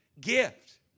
gift